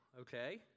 okay